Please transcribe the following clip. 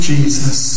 Jesus